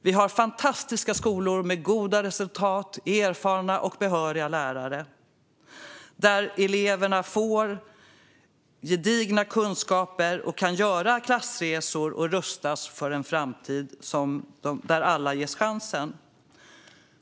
Vi har fantastiska skolor med goda resultat och erfarna och behöriga lärare, där eleverna får gedigna kunskaper och kan göra klassresor och rustas för en framtid där alla ges chansen.